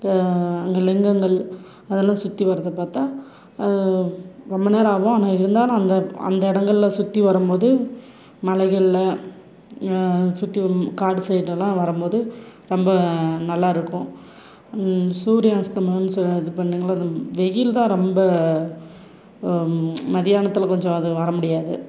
இப்போ அங்கே லிங்கங்கள் அதெல்லாம் சுற்றி வர்றதை பார்த்தா ரொம்ப நேரம் ஆகும் ஆனால் இருந்தாலும் அந்த அந்த இடங்கள்ல சுற்றி வரம்போது மலைகளில் சுற்றி வ காடு சைடெல்லாம் வரம்போது ரொம்ப நல்லா இருக்கும் சூரிய அஸ்தமனம்ன்னு சொ இது வெயில் தான் ரொம்ப மதியானத்தில் கொஞ்சம் அது வர முடியாது